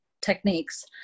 techniques